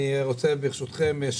אני ברשותכם,